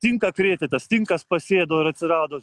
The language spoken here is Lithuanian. tinką krėtė tas tinkas pasėdavo ir atsirado